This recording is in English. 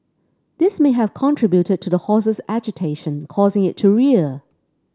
this may have contributed to the horse's agitation causing it to rear